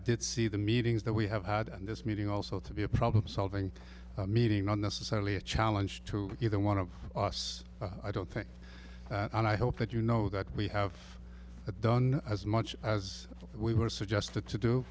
did see the meetings that we have had and this meeting also to be a problem solving meeting not necessarily a challenge to either one of us but i don't think and i hope that you know that we have done as much as we were suggested to